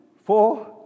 four